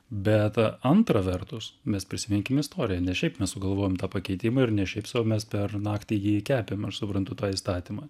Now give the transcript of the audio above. bet antra vertus mes prisiminkim istoriją ne šiaip mes sugalvojom tą pakeitimą ir ne šiaip sau mes per naktį jį kepėm aš suprantu tą įstatymą